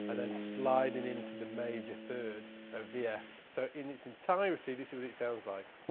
and then sliding into the major third of the f. so, in its entirety, this is what it sounds like.